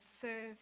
serve